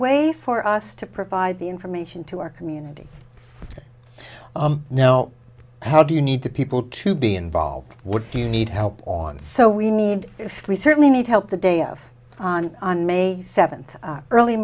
way for us to provide the information to our community now how do you need to people to be involved would you need help on so we need we certainly need help the day of on may seventh early